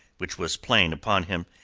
which was plain upon him,